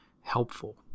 helpful